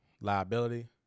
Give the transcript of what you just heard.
liability